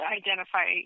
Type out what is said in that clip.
identify